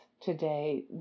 today